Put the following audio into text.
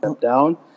down